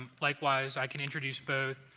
um likewise, i can introduce both.